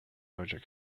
larger